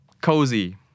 Cozy